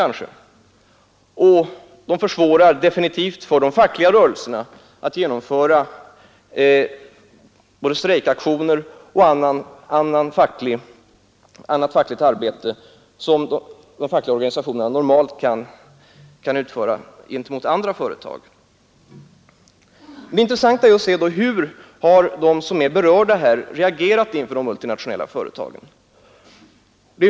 Och de försvårar definitivt för de fackliga rörelserna att genomföra strejkaktioner och annat fackligt arbete som dessa organisationer normalt kan utföra gentemot andra företag. Det är intressant att se hur de som är berörda reagerat inför de multinationella företagen.